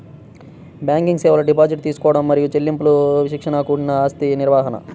banking సేవలు deposit తీసుకోవడం మరియు చెల్లింపులు విచక్షణతో కూడిన ఆస్తి నిర్వహణ,